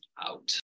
out